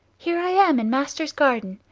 here i am in master's garden!